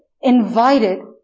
invited